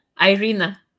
Irina